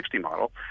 model